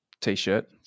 T-shirt